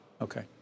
Okay